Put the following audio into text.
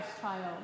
child